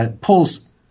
pulls